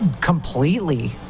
Completely